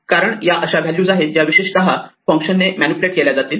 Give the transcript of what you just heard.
कारण या अशा व्हॅल्यूज आहे ज्या विशेषतः फंक्शनने मॅनिप्युलेट केल्या जातील